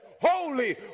Holy